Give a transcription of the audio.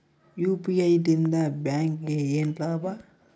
UPI ಲಿಂದ ಬ್ಯಾಂಕ್ಗೆ ಏನ್ ಲಾಭ?